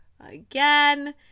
again